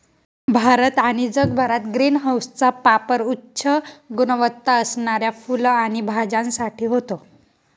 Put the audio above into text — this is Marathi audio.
भारत आणि जगभरात ग्रीन हाऊसचा पापर उच्च गुणवत्ता असणाऱ्या फुलं आणि भाज्यांसाठी होतो